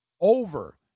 over